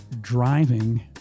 driving